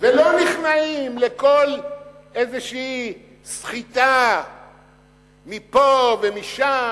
ולא נכנעים לכל איזו סחיטה מפה ומשם.